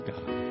God